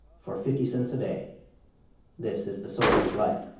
for fifty cents a day this is the soldier's life.